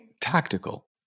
tactical